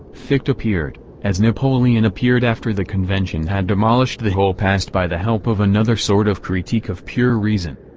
fichte appeared, as napoleon appeared after the convention had demolished the whole past by the help of another sort of critique of pure reason.